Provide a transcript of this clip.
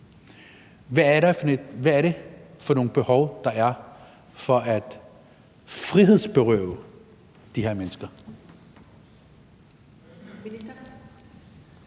Hvad er det for et behov, der er for at frihedsberøve de her mennesker?